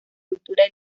cultura